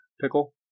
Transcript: pickle